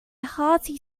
hearty